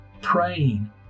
praying